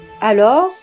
Alors